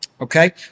Okay